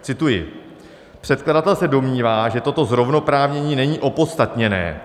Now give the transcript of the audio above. Cituji: Předkladatel se domnívá, že toto zrovnoprávnění není opodstatněné.